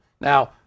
Now